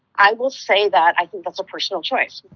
i will say that i think that's a personal choice.